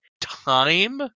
time